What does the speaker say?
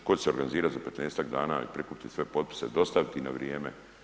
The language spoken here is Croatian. Tko će se organizirati za 15-ak dana i prikupiti sve potpise, dostaviti ih na vrijeme?